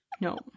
no